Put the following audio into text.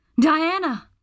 Diana